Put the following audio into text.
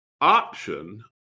option